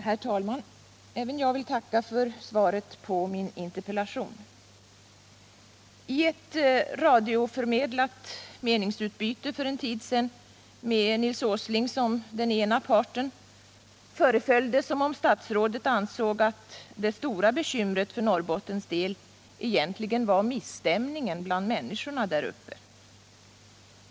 Herr talman! Även jag vill tacka för interpellationssvaret. I ett radioförmedlat meningsutbyte för en tid sedan med Nils Åsling som den ena parten föreföll det som om statsrådet ansåg att det stora bekymret för Norrbottens del egentligen var misstämningen bland människorna där uppe.